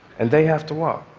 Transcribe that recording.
and they have to walk?